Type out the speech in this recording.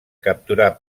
capturar